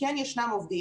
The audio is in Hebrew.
זה לא מובן